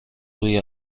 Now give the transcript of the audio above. روی